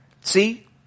See